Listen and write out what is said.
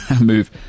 move